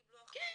לא קיבלו הכוונה,